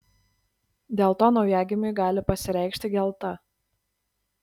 dėl to naujagimiui gali pasireikšti gelta